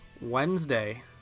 Wednesday